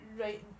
right